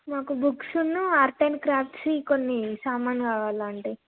మాకు బుక్సును art and క్రాఫ్ట్స్వి కొన్ని సామాను కావాలాంటి